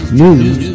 news